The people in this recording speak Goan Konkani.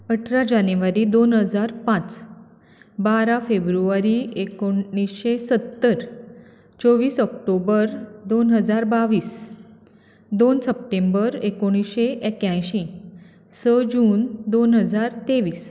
अठरा जानेवारी दोन हजार पांच बारा फेब्रुवारी एकुणीशे सत्तर चोवीस ऑक्टोबर दोन हजार बावीस दोन सप्टेंबर एकुणीशे अठ्यांयशी स जून दोन हजार तेवीस